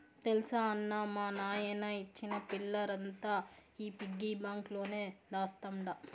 తెల్సా అన్నా, మా నాయన ఇచ్చిన సిల్లరంతా ఈ పిగ్గి బాంక్ లోనే దాస్తండ